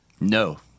No